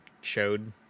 showed